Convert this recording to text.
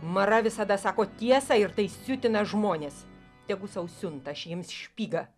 mara visada sako tiesą ir tai siutina žmones tegu sau siunta aš jiems špygą